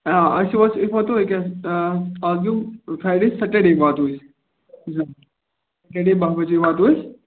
آ اَز چھُ أسۍ واتو أکیٛاہ اَز گَو فرٛاے ڈیٚے سیٹر ڈیٚے واتو یہِ جِناب سیٹر ڈیٚے باہ بجے واتو أسۍ